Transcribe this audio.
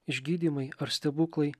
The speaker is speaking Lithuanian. išgydymai ar stebuklai